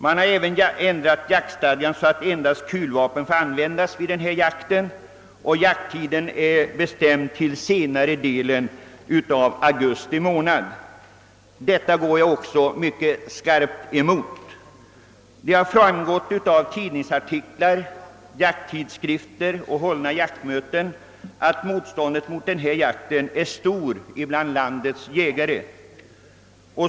Man har även ändrat jaktstadgan så, att endast kulvapen får användas vid denna jakt, och jakttiden är bestämd till senare delen av augusti månad. Även detta går jag mycket skarpt emot. Det har framgått av tidningsartiklar, jakttidskrifter och hållna jaktmöten att motståndet mot denna typ av jakt är stort bland landets jägare.